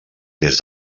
des